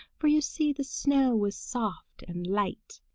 for you see the snow was soft and light,